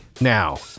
now